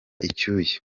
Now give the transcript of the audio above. icyuya